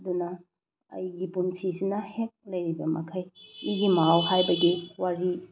ꯑꯗꯨꯅ ꯑꯩꯒꯤ ꯄꯨꯟꯁꯤꯁꯤꯅ ꯍꯦꯛ ꯂꯩꯔꯤꯕ ꯃꯈꯩ ꯏꯒꯤ ꯃꯍꯥꯎ ꯍꯥꯏꯕꯒꯤ ꯋꯥꯔꯤ